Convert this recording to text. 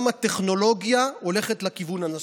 גם הטכנולוגיה הולכת לכיוון זה.